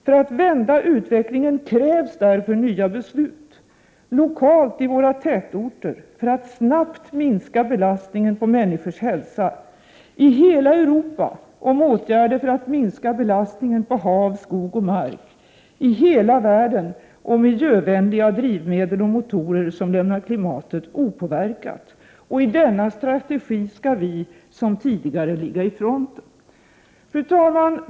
För att vända utvecklingen krävs därför nya beslut: —- lokalt —i våra tätorter — för att snabbt minska belastningen på människors —- i hela Europa om åtgärder för att minska belastningen på hav, skog och = i hela världen om miljövänliga drivmedel och motorer som lämnar klimatet opåverkat. I denna strategi skall vi — som tidigare — ligga i fronten. Fru talman!